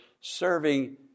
serving